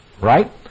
Right